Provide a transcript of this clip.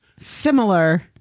similar